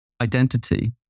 Identity